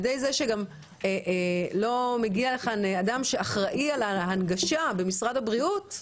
שלא מגיע לכאן אדם שאחראי על ההנגשה במשרד הבריאות,